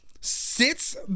sits